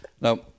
Now